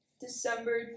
December